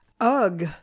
Ugh